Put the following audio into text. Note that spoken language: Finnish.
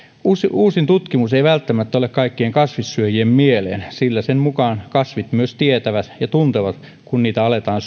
uusin tutkimus ei välttämättä ole kaikkien kasvissyöjien mieleen sillä sen mukaan kasvit myös tietävät ja tuntevat kun niitä aletaan